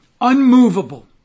Unmovable